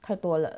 太多了